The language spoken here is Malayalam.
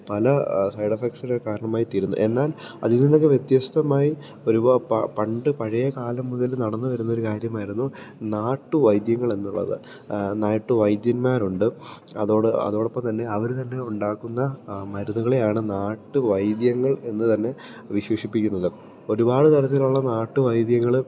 പല സൈഡ് എഫക്ട്സിന് കാരണമായിത്തീരുന്നു എന്നാൽ അതിൽ നിന്നൊക്കെ വ്യത്യസ്തമായി പണ്ട് പഴയ കാലം മുതല് നടന്നുവരുന്നൊരു കാര്യമായിരുന്നു നാട്ടുവൈദ്യങ്ങൾ എന്നുള്ളത് നാട്ടുവൈദ്യന്മാരുണ്ട് അതോടൊപ്പം തന്നെ അവര് തന്നെ ഉണ്ടാക്കുന്ന മരുന്നുകളെയാണ് നാട്ടുവൈദ്യങ്ങളെന്ന് തന്നെ വിശേഷിപ്പിക്കുന്നത് ഒരുപാട് തരത്തിലുള്ള നാട്ടുവൈദ്യങ്ങള്